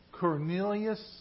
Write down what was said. Cornelius